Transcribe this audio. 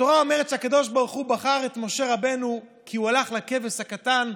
התורה אומרת שהקדוש ברוך הוא בחר את משה רבנו כי הוא הלך לכבש הקטן,